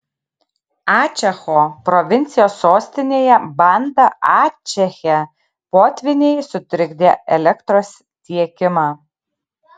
ačecho provincijos sostinėje banda ačeche potvyniai sutrikdė elektros tiekimą